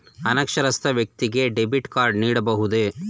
ಅನಕ್ಷರಸ್ಥ ವ್ಯಕ್ತಿಗೆ debit card ನೀಡಬಹುದೇ?